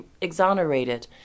exonerated